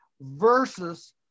versus